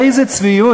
איזה צביעות.